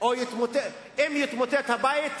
ואם יתמוטט הבית,